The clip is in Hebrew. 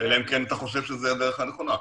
אלא אם כן אתה חושב שזו הדרך הנכונה.